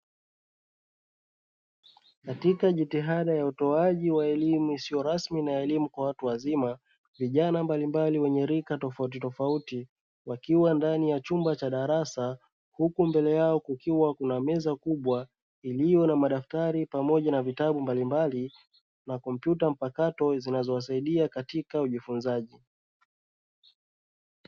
Katika jitihada ya utoaji wa elimu isiyo rasmi na elimu kwa watu wazima, vijana mbalimbali wenye rika tofautitofauti wakiwa ndani ya chumba cha darasa, huku mbele yao kukiwa kuna meza kubwa iliyo na madaftari pamoja na vitabu mbalimbali na kompyuta mpakato zinazowasaidia katika ujifunzaji.